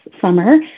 summer